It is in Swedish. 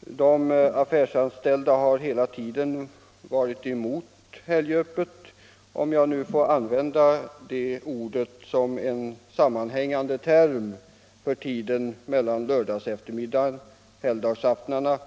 De affärsanställda har hela tiden varit emot helgöppet, om jag nu får använda det ordet som en sammanhängande term för tiden mellan lördagseftermiddagarna och helgdagsaftnarna